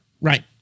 Right